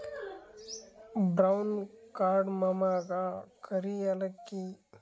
brown ಕಾರ್ಡಮಮಗಾ ಕರಿ ಯಾಲಕ್ಕಿ ನು ಅಂತಾರ್ ಇದು ಅಡಗಿದಾಗ್ ಉಪಯೋಗಸ್ತಾರ್